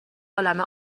عالمه